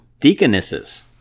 Deaconesses